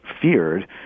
feared